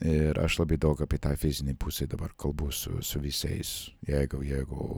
ir aš labai daug apie tą fizinę pusę dabar kalbu su su visais jeigu jeigu